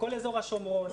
לכל אזור השומרון,